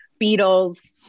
Beatles